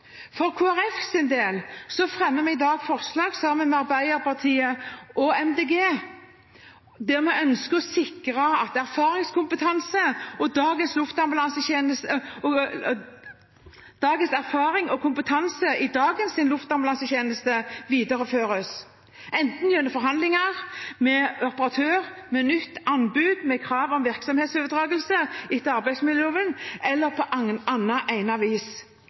For Kristelig Folkepartis del fremmer vi i dag forslag sammen med Arbeiderpartiet og Miljøpartiet De Grønne, der vi ønsker å sikre at erfaring og kompetanse i dagens luftambulansetjeneste videreføres, enten gjennom forhandlinger med operatør, med nytt anbud med krav om virksomhetsoverdragelse etter arbeidsmiljøloven, eller på